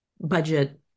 budget